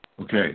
Okay